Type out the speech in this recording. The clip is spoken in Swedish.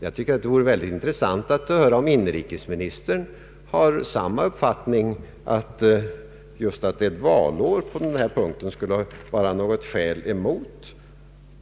Det skulle vara intressant att höra om inrikesministern har samma uppfattning, nämligen att det faktum att det är valår skulle utgöra något skäl mot